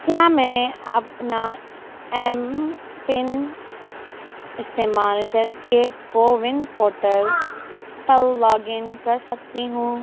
کیا میں اپنا ایم پن استعمال کر کے کو ون پورٹل پر لاگ ان کر سکتی ہوں